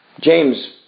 James